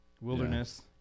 Wilderness